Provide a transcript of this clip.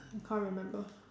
can't remember